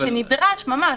שנדרש ממש.